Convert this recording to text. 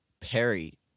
Perry